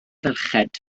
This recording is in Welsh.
ferched